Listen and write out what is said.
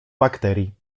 bakterii